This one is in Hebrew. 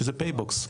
שזה פייבוקס.